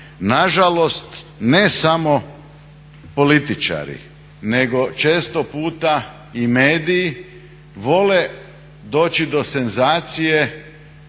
Nažalost ne samo političari, nego često puta i mediji vole doći do senzacije